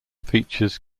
features